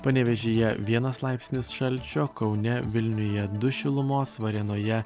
panevėžyje vienas laipsnis šalčio kaune vilniuje du šilumos varėnoje